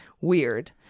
weird